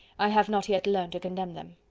i have not yet learnt to condemn them.